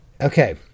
Okay